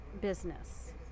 business